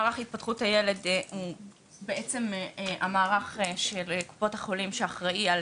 מערך התפתחות הילד הוא המערך של קופות החולים שאחראי על